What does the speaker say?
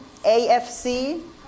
AFC